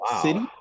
City